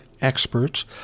experts